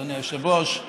אדוני היושב-ראש.